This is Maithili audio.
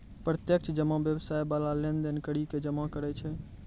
प्रत्यक्ष जमा व्यवसाय बाला लेन देन करि के जमा करै छै